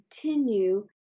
continue